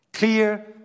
clear